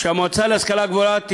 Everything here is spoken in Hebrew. שהמועצה להשכלה גבוהה תקבע,